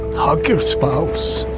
hug your spouse.